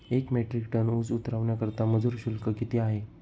एक metric tonne ऊस उतरवण्याकरता मजूर शुल्क किती आहे?